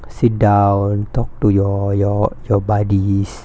sit down talk to your your your buddies